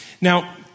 Now